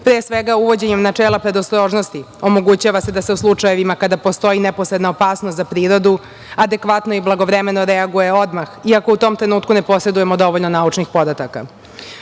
Pre svega, uvođenjem načela predostrožnosti omogućava se da se u slučajevima kada postoji neposredna opasnost za prirodu adekvatno i blagovremeno reaguje odmah, iako u tom trenutku ne posedujemo dovoljno naučnih